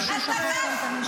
אני מבקש לרדת.